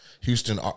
Houston